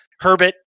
Herbert